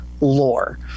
lore